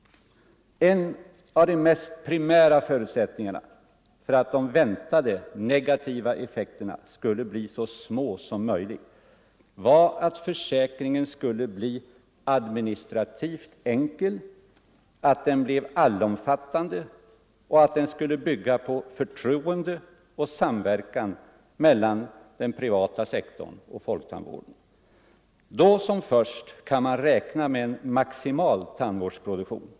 En av de mest primära förutsättningarna för att de väntade negativa effekterna skulle bli så små som möjligt var att försäkringen skulle göras administrativt enkel, att den skulle vara allomfattande och att den skulle bygga på förtroende och samverkan mellan den privata sektorn och folktandvården. Då först kan man räkna med en maximal tandvårdsproduktion.